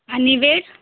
आणि वेळ